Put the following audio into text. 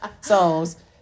songs